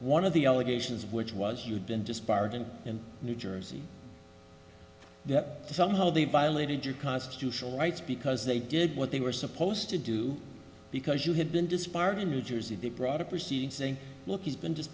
one of the allegations which was you've been disbarred and in new jersey yet somehow they violated your constitutional rights because they did what they were supposed to do because you had been disbarred in new jersey they brought a proceeding saying look he's been just